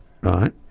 right